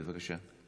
בבקשה.